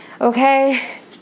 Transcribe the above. okay